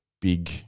big